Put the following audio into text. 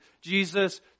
Jesus